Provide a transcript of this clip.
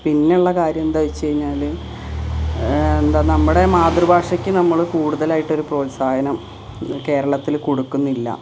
പിന്നെയുള്ള കാര്യം എന്താച്ച് കഴിഞ്ഞാല് എന്താ നമ്മുടെ മാതൃഭാഷയ്ക്കു നമ്മള് കൂടുതലായിട്ടൊരു പ്രോത്സാഹനം കേരളത്തില് കൊടുക്കുന്നില്ല